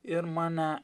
ir mane